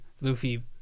Luffy